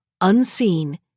Unseen